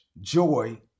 joy